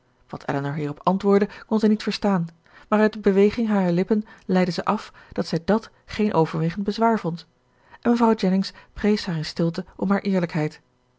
wat elinor hierop antwoordde kon zij niet verstaan maar uit de beweging harer lippen leidde zij af dat zij dàt geen overwegend bezwaar vond en mevrouw jennings prees haar in stilte om haar eerlijkheid